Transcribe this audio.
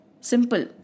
Simple